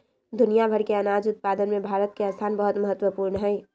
दुनिया भर के अनाज उत्पादन में भारत के स्थान बहुत महत्वपूर्ण हई